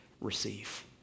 receive